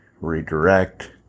redirect